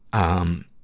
um,